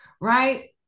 right